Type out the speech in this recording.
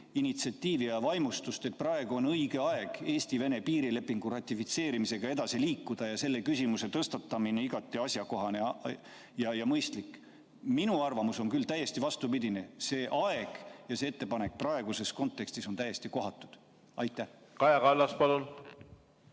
initsiatiivi ja vaimustust, et praegu on õige aeg Eesti-Vene piirilepingu ratifitseerimisega edasi liikuda ja selle küsimuse tõstatamine on igati asjakohane ja mõistlik? Minu arvamus on küll täiesti vastupidine: see aeg ja see ettepanek praeguses kontekstis on täiesti kohatu. Aitäh!